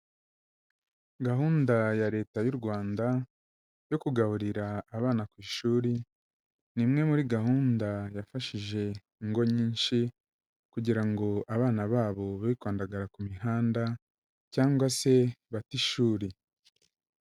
Gahunda ya Leta y'u Rwanda, yo kugaburira abana ku ishuri, ni imwe muri gahunda yafashije ingo nyinshi kugira ngo abana babo be kwandagara ku mihanda cyangwa se bate ishuri.